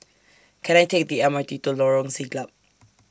Can I Take The M R T to Lorong Siglap